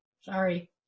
Sorry